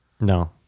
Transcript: No